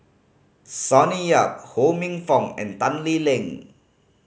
Sonny Yap Ho Minfong and Tan Lee Leng